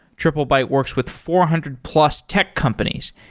triplebyte works with four hundred plus tech companies,